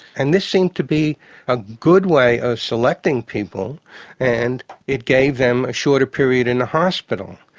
and this seemed to be a good way of selecting people and it gave them a shorter period in the hospital.